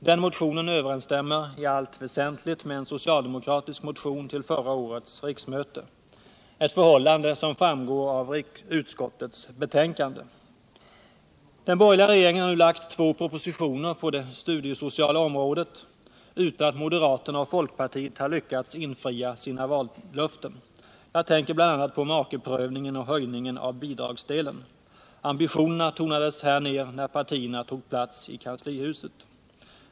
Den motionen överensstämmer i allt väsentligt med en socialdemokratisk motion till förra årets riksmöte, ett förhållande som framgår av utskottets betänkande. Den borgerliga regeringen har nu lagt två propositioner på det studiesociala området utan att moderaterna och folkpartiet har lyckats infria sina vallöften. Jag tänker bl.a. på makeprövningen och höjningen av bidragsdelen. Ambitionerna tonades ner när partierna tog plats i kanslihuset.